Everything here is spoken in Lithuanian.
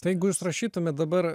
tai jeigu jūs rašytumėt dabar